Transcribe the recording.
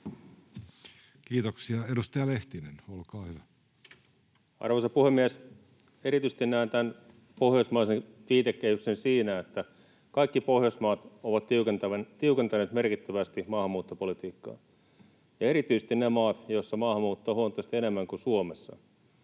muuttamisesta Time: 18:28 Content: Arvoisa puhemies! Erityisesti näen tämän pohjoismaisen viitekehyksen siinä, että kaikki Pohjoismaat ovat tiukentaneet merkittävästi maahanmuuttopolitiikkaansa ja erityisesti ne maat, joissa maahanmuuttoa on huomattavasti enemmän kuin Suomessa.